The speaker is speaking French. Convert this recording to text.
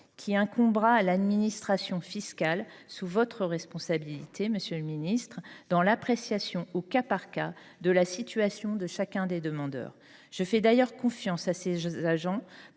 qui incombera à l’administration fiscale, sous votre responsabilité, monsieur le ministre délégué, dans l’appréciation, au cas par cas, de la situation de chacun des demandeurs. Je fais d’ailleurs confiance à ses agents